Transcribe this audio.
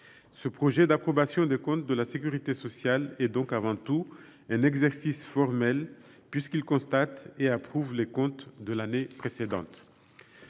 de loi d’approbation des comptes de la sécurité sociale est donc avant tout un exercice formel, puisqu’il constate et approuve les comptes de l’année précédente.